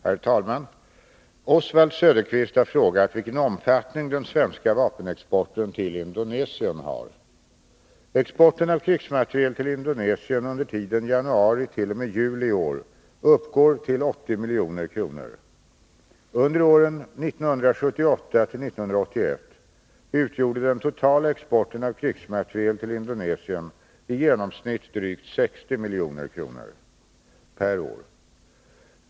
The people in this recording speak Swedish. Herr talman! Oswald Söderqvist har frågat vilken omfattning den svenska vapenexporten till Indonesien har. Exporten av krigsmateriel till Indonesien under tiden januari t.o.m. juli i år uppgår till 80 milj.kr. Under åren 1978-1981 utgjorde den totala exporten av krigsmateriel till Indonesien i genomsnitt drygt 60 milj.kr. per år.